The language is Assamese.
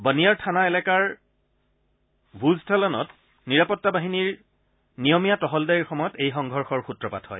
বনিয়াৰ থানা এলেকাৰ ভুজথলনত নিৰাপত্তা বাহিনীৰ নিয়মীয়া টহলদাৰীৰ সময়ত এই সংঘৰ্ষৰ সূত্ৰপাত হয়